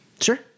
Sure